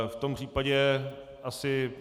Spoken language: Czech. V tom případě asi...